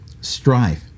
strife